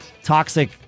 Toxic